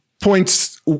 points